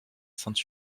sainte